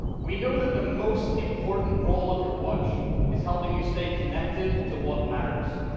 we know that the most important role of your watch is helping you stay connected to what matters,